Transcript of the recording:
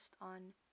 on